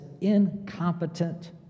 incompetent